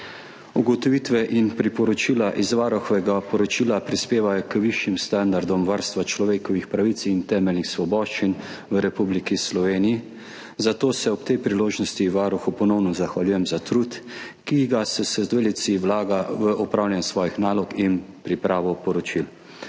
Ugotovitve in priporočila iz varuhovega poročila prispevajo k višjim standardom varstva človekovih pravic in temeljnih svoboščin v Republiki Sloveniji, zato se ob tej priložnosti varuhu ponovno zahvaljujem za trud, ki ga s sodelavci vlaga v opravljanje svojih nalog in pripravo poročil.